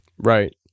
Right